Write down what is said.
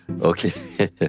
Okay